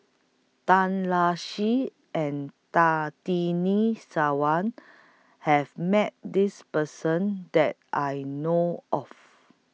Tan Lark Sye and Sarwan has Met This Person that I know of